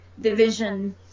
division